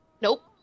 nope